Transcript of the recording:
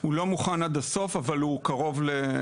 הוא לא מוכן עד הסוף, אבל הוא קרוב למוכן.